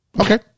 Okay